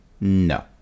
No